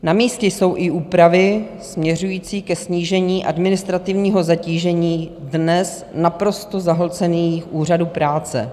Namístě jsou i úpravy směřující ke snížení administrativního zatížení dnes naprosto zahlcených úřadů práce.